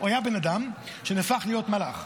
הוא היה בן אדם ונהפך להיות מלאך.